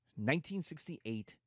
1968